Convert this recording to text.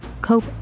Cope